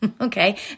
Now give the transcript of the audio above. okay